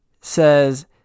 says